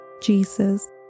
Jesus